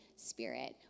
spirit